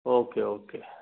okay okay